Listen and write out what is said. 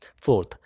fourth